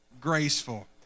graceful